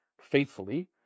faithfully